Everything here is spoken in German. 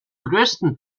größten